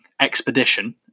expedition